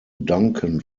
duncan